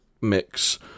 mix